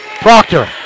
Proctor